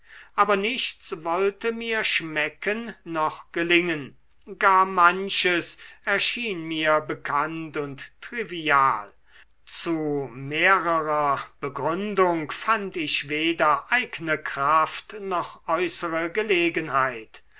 aber nichts wollte mir schmecken noch gelingen gar manches erschien mir bekannt und trivial zu mehrerer begründung fand ich weder eigne kraft noch äußere gelegenheit